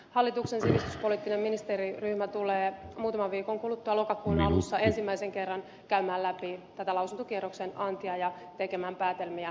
hallituksen sivistyspoliittinen ministeriryhmä tulee muutaman viikon kuluttua lokakuun alussa ensimmäisen kerran käymään läpi tätä lausuntokierroksen antia ja tekemään päätelmiä jatkokäsittelystä